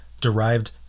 derived